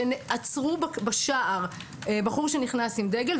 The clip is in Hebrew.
שעצרו בשער בחור שנכנס עם דגל,